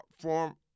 form